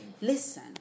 listen